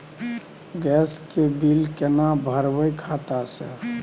Gas के bill केना भरबै खाता से?